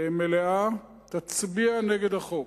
מלאה תצביע נגד החוק.